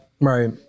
Right